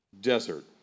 desert